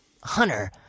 hunter